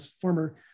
former